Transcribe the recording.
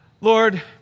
Lord